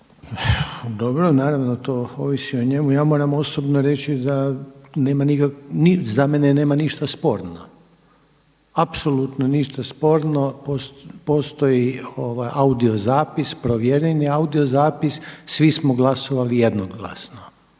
Dobro. Naravno to ovisi o njemu. Ja moram osobno reći da nema, za mene nema ništa sporno, apsolutno ništa sporno. Postoji audio zapis, provjereni audio zapis. Svi smo glasovali jednoglasno